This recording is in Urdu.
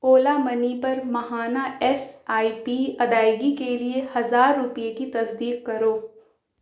اولا منی پر ماہانہ ایس آئی پی ادائیگی کے لیے ہزار روپیے کی تصدیق کرو